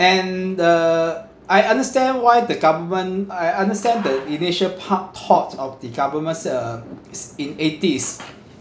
and uh I understand why the government I understand the initial part thoughts of the government's uh in eighties